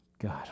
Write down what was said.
God